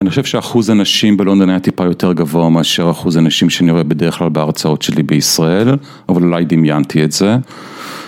אני חושב שאחוז הנשים בלונדון היה טיפה יותר גבוה מאשר אחוז הנשים שאני רואה בדרך כלל בהרצאות שלי בישראל, אבל אולי דמיינתי את זה.